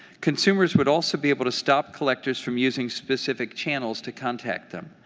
consumers would also be able to stop collectors from using specific channels to contact them.